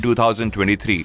2023